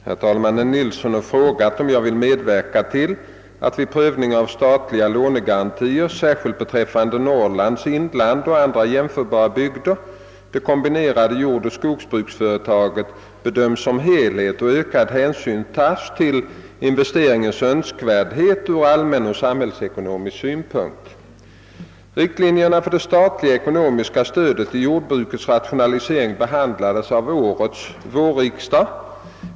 Herr talman! Herr Nilsson i Tvärålund har frågat, om jag vill medverka till att vid prövningen av statliga lånegarantier, särskilt beträffande Norrlands inland och andra jämförbara bygder, det kombinerade jordoch' skogsbruksföretaget bedömes som helhet och ökad hänsyn tas till investeringens önskvärdhet ur allmän och samhällsekonomisk synpunkt. Riktlinjerna för det statliga ekonomiska stödet till jordbrukets rationalisering behandlades av årets vårriksdag.